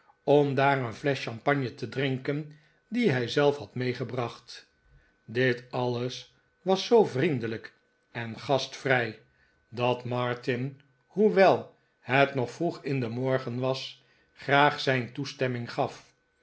om daar een flesch champagne te drinken die hij zelf had meegebracht dit alles was zoo vriendelijk en gastvrij dat martin hoewel het nog vroeg in den morgen was graag zijn toestemming gaf